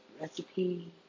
Recipe